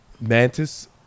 Mantis